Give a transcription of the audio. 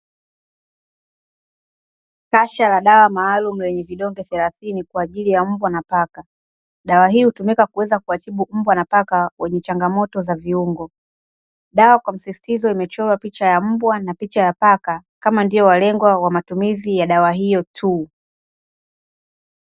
Kasha la dawa maalumu lenye vidonge thelathini kwa ajili ya mbwa na paka. Dawa hii hutumika kuweza kuwatibu mbwa na paka wenye changamoto za viungo. Dawa kwa msisitizo imechorwa picha ya mbwa na picha ya paka, kama ndio walengwa wa matumizi ya dawa hiyo tu.